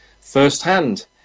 firsthand